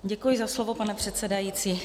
Děkuji za slovo, pane předsedající.